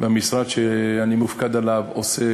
המשרד שאני מופקד עליו עושה,